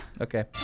Okay